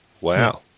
Wow